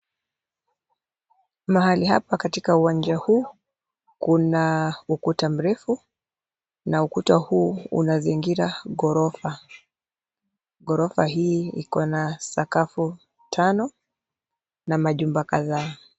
Mahali hapa katika uwanja huu kuna ukuta mrefu, na ukuta huu unazingira ghorofa. Ghorofa hii iko na sakafu tano, na majumba kadhaa.